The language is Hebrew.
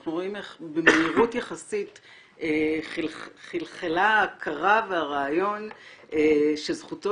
אנחנו רואים איך במהירות יחסית חלחלה ההכרה והרעיון שזכותו